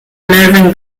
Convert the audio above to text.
marvin